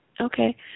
Okay